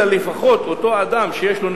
אלא לפחות אותו אדם שיש לו,